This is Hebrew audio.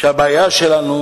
שהבעיה שלנו